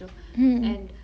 mm